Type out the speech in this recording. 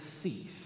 cease